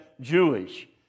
Jewish